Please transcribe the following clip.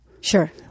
Sure